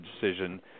decision